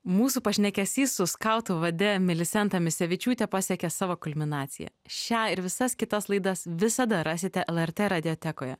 mūsų pašnekesys su skautų vade milisenta misevičiūte pasiekė savo kulminaciją šią ir visas kitas laidas visada rasite lrt radiotekoje